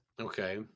Okay